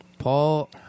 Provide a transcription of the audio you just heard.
Paul